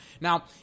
Now